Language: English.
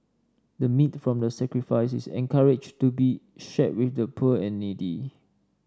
the meat from the sacrifice is encouraged to be shared with the poor and needy